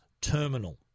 terminal